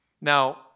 Now